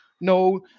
No